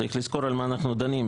צריך לזכור על מה אנחנו דנים.